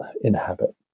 inhabit